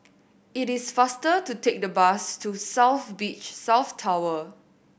it is faster to take the bus to South Beach South Tower